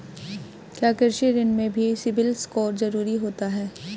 क्या कृषि ऋण में भी सिबिल स्कोर जरूरी होता है?